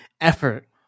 effort